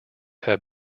have